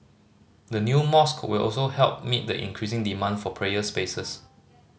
the new mosque will also help meet the increasing demand for prayer spaces